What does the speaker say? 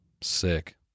Sick